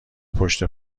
پشت